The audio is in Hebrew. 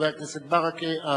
חבר הכנסת ברכה,